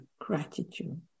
gratitude